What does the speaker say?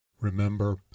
Remember